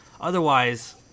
Otherwise